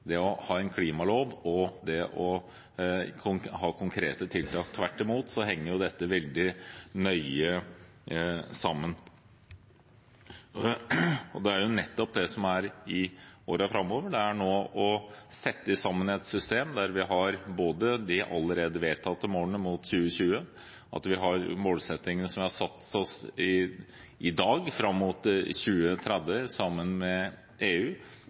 det å ha en klimalov og det å ha konkrete tiltak. Tvert imot henger dette veldig nøye sammen. Det er nettopp det som skal skje i årene framover, å sette sammen et system der vi har de allerede vedtatte målene mot 2020, der vi har målsettinger som vi har satt oss i dag fram mot 2030, sammen med EU